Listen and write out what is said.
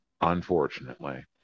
unfortunately